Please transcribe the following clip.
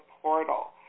portal